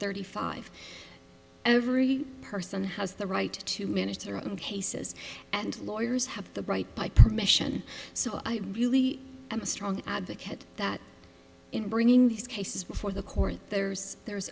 thirty five every person has the right to manage their own cases and lawyers have the right by permission so i really am a strong advocate that in bringing these cases before the court there's there's